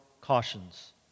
cautions